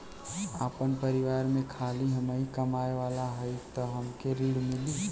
आपन परिवार में खाली हमहीं कमाये वाला हई तह हमके ऋण मिली?